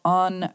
on